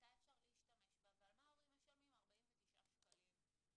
מתי אפשר להשתמש בה ועל מה ההורים משלמים 49 ₪ לשנה.